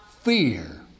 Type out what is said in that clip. fear